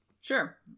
Sure